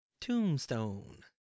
Tombstone